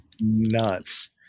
Nuts